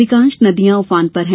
अधिकांश नदियां उफान पर हैं